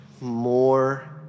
more